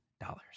dollars